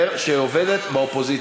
אני אומר, שהיא עובדת באופוזיציה.